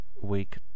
week